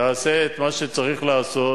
תעשה את מה שצריך לעשות.